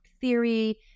theory